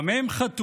במה הם חטאו?